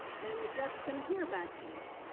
and the judge is going to hear bad case.